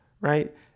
right